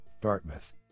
Dartmouth